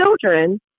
children